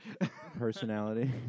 Personality